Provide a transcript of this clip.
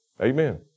Amen